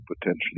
potentially